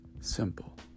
simple